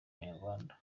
abanyarwanda